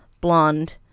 blonde